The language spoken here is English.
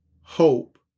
hope